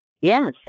Yes